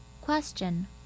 Question